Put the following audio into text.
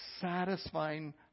satisfying